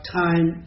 time